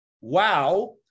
wow